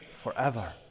forever